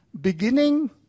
beginning